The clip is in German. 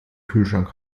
kühlschrank